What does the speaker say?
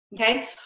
Okay